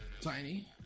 Tiny